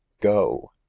go